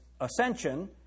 ascension